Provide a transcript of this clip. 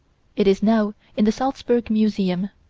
it is now in the salsburg museum.